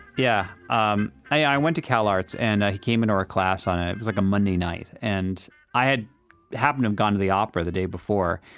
yeah um i went to cal arts and he came into our class on, it was like a monday night. and i had happened have gone to the opera the day before,